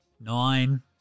nine